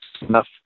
enough